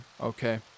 okay